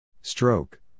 Stroke